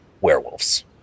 Werewolves